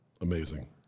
amazing